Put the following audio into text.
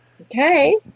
Okay